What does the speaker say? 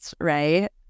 right